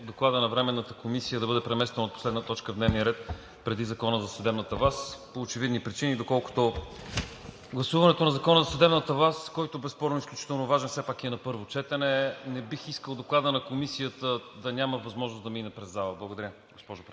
Докладът на Временната комисия да бъде не последна точка в дневния ред, а преди Закона за съдебната власт по очевидни причини. Доколкото гласуването на Закона за съдебната власт, който безспорно е изключително важен, все пак е и на първо четене, не бих искал Докладът на Комисията да няма възможност да мине през залата. Благодаря, госпожо Председател.